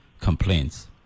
complaints